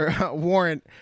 warrant